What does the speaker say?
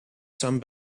some